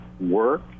work